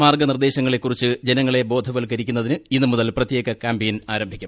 മാർഗ്ഗനിർദ്ദേശങ്ങളെക്കുറിച്ച് covid ജനങ്ങളെ ബോധവൽക്കരിക്കുന്നതിന് ഇന്ന് മുതൽ ് പ്രത്യോക കൃാമ്പയിൻ ആരംഭിക്കും